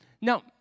Now